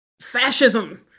fascism